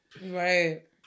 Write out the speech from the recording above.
Right